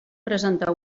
presentar